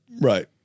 Right